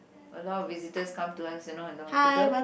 a lot of visitors come to us you know in the hospital